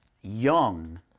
young